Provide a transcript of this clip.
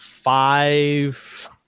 five